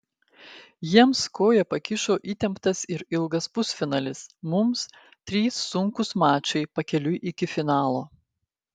jiems koją pakišo įtemptas ir ilgas pusfinalis mums trys sunkūs mačai pakeliui iki finalo